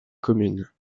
commune